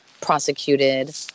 prosecuted